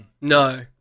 No